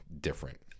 different